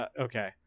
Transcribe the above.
Okay